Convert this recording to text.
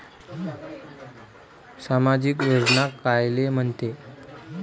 सामाजिक योजना कायले म्हंते?